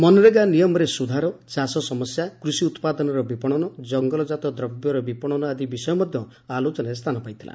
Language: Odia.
ମନରେଗା ନିୟମରେ ସୁଧାର ଚାଷ ସମସ୍ୟା କୃଷି ଉତ୍ତାଦନର ବିପଣନ ଜଙ୍ଗଲଜାତ ଦ୍ରବ୍ୟ ବିପଣନ ଆଦି ବିଷୟ ମଧ୍ଧ ଆଲୋଚନାରେ ସ୍ଚାନ ପାଇଥିଲା